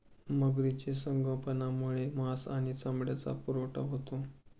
मगरीचे संगोपनामुळे मांस आणि चामड्याचा पुरवठा होतो